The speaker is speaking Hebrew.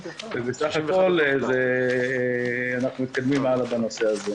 ובסך הכול אנחנו מתקדמים הלאה בנושא הזה.